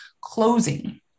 closing